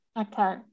okay